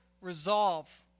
resolve